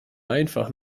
einfach